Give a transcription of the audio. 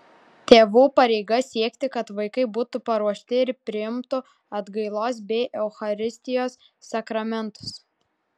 tėvų pareiga siekti kad vaikai būtų paruošti ir priimtų atgailos bei eucharistijos sakramentus